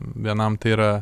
vienam tai yra